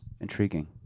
intriguing